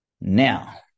Now